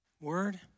word